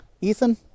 Ethan